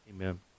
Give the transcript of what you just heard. Amen